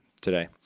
today